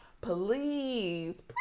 please